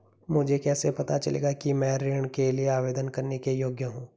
मुझे कैसे पता चलेगा कि मैं ऋण के लिए आवेदन करने के योग्य हूँ?